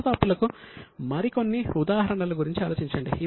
ప్రస్తుత అప్పులకు మరికొన్ని ఉదాహరణలు గురించి ఆలోచించండి